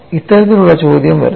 ഇത്തരത്തിലുള്ള ചോദ്യം വരുന്നു